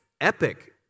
epic